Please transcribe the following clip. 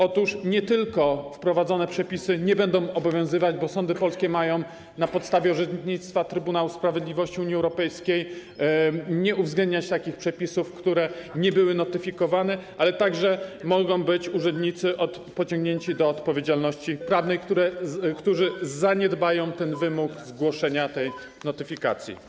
Otóż nie tylko wprowadzone przepisy nie będą obowiązywać, bo sądy polskie na podstawie orzecznictwa Trybunału Sprawiedliwości Unii Europejskiej mają nie uwzględniać takich przepisów, które nie były notyfikowane, ale także urzędnicy mogą być pociągnięci do odpowiedzialności prawnej - ci, którzy zaniedbają wymogu zgłoszenia, wymogu tej notyfikacji.